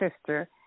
sister